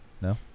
No